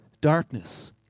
darkness